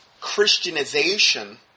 Christianization